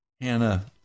Hannah